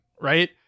right